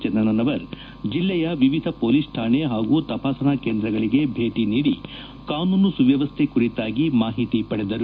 ಚೆನ್ನಣ್ಣನವರ್ ಜಿಲ್ಲೆಯ ವಿವಿಧ ಹೊಲೀಸ್ ಕಾಣೆ ಹಾಗೂ ತಪಾಸಣಾ ಕೇಂದ್ರಗಳಿಗೆ ಭೇಟಿ ನೀಡಿ ಕಾನೂನು ಸುವ್ದವಸ್ಥೆ ಕುರಿತಾಗಿ ಮಾಹಿತಿ ಪಡೆದರು